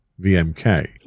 vmk